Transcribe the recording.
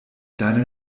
deiner